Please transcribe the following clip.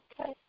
okay